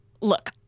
Look